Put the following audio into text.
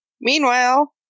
Meanwhile